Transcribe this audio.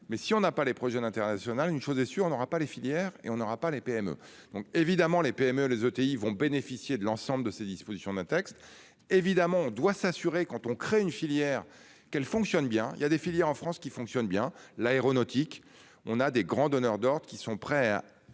Mais si on n'a pas les projets d'national. Une chose est sûre, on n'aura pas les filières et on n'aura pas les PME, donc évidemment les PME les ETI vont bénéficier de l'ensemble de ces dispositions d'un texte, évidemment on doit s'assurer quand on crée une filière qu'elle fonctionne bien, il y a des filières en France qui fonctionne bien. L'aéronautique, on a des grands donneurs d'ordres qui sont prêts à